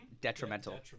detrimental